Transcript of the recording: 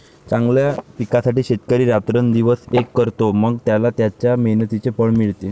चांगल्या पिकासाठी शेतकरी रात्रंदिवस एक करतो, मग त्याला त्याच्या मेहनतीचे फळ मिळते